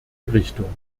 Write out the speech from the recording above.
richtung